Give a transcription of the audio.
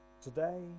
Today